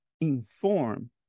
inform